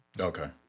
Okay